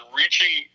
reaching